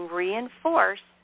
reinforce